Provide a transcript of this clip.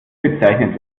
bezeichnet